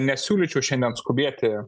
nesiūlyčiau šiandien skubėti